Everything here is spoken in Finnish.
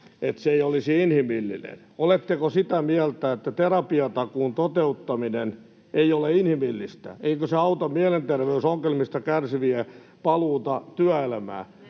että se ei olisi inhimillinen. Oletteko sitä mieltä, että terapiatakuun toteuttaminen ei ole inhimillistä? Eikö se auta mielenterveysongelmista kärsivien paluuta työelämään?